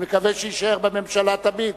ואני מקווה שיישאר בממשלה תמיד,